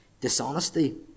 dishonesty